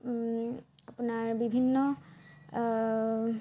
আপোনাৰ বিভিন্ন